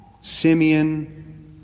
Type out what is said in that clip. simeon